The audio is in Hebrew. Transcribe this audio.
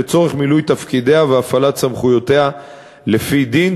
לצורך מילוי תפקידיה והפעלת סמכויותיה לפי דין,